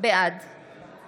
בעד